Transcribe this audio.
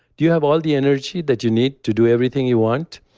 do you have all the energy that you need to do everything you want?